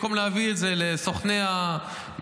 במקום להעביר את זה לסוכני המכירות